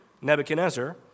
Nebuchadnezzar